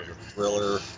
thriller